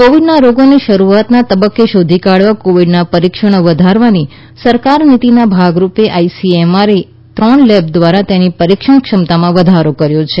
કોવીડના રોગને શરૂઆતના તબકકે શોધી કાઢવા કોવીડના પરીક્ષણો વધારવાની સરકારી નીતીના ભાગરૂપે આઇસીએમઆર એ ત્રણ લેબ ધ્વારા તેની પરીક્ષણ ક્ષમતામાં વધારો કર્યો છે